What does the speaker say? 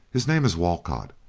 his name is walcott.